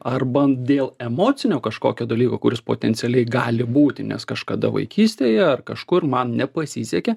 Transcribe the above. arba dėl emocinio kažkokio dalyko kuris potencialiai gali būti nes kažkada vaikystėje ar kažkur man nepasisekė